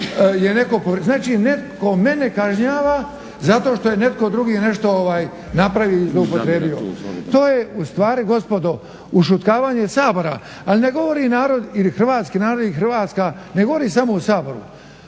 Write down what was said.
Znači netko mene kažnjava zato što je netko drugi nešto napravio ili zloupotrijebio. To je ustvari gospodo ušutkavanje Sabora. Ali ne govori narod ili hrvatski narod ili Hrvatska ne govori samo u Saboru.